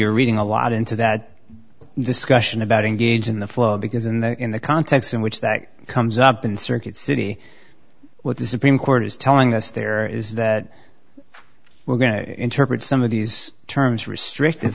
you're reading a lot into that discussion about engage in the flow because in the in the context in which that comes up in circuit city what the supreme court is telling us there is that we're going to interpret some of these terms restrict